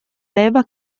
leva